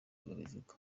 bivugwa